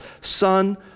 Son